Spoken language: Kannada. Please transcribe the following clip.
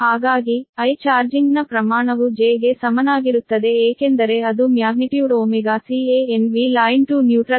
ಹಾಗಾಗಿ I ಚಾರ್ಜಿಂಗ್ನ ಪ್ರಮಾಣವು j ಗೆ ಸಮನಾಗಿರುತ್ತದೆ ಏಕೆಂದರೆ ಅದು ಮ್ಯಾಗ್ನಿಟ್ಯೂಡ್ CanVline to neutral